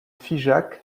figeac